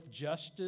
justice